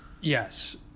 yes